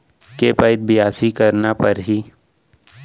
के पइत बियासी करना परहि?